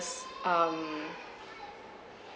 um